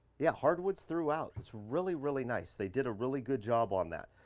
yeah, hardwoods throughout. it's really really nice. they did a really good job on that.